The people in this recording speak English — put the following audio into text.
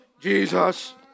Jesus